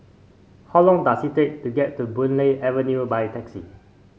how long does it take to get to Boon Lay Avenue by taxi